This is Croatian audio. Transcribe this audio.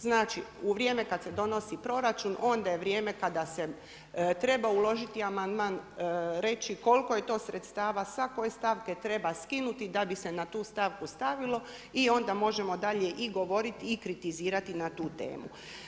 Znači u vrijeme kada se donosi proračun onda je vrijeme kada se treba uložiti amandman, reći koliko je to sredstava, sa koje stavke treba skinuti da bi se na tu stavku stavilo i onda možemo dalje govoriti i kritizirati na tu temu.